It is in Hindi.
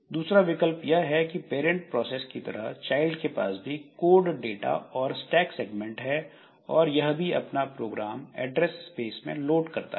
दूसरा विकल्प यह है की पैरंट प्रोसेस की तरह चाइल्ड के पास भी कोड डाटा और स्टैक सेगमेंट है और यह भी अपना प्रोग्राम ऐड्रेस स्पेस में लोड करता है